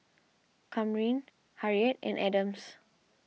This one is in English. Kamryn Harriett and Adams